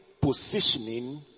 positioning